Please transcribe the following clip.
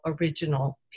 original